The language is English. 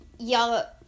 y'all